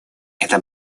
это